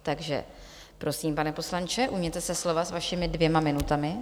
Takže prosím, pane poslanče, ujměte se slova s vašimi dvěma minutami.